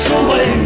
away